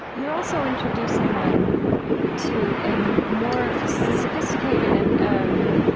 you're also introducing them to a more more sophisticated and, um,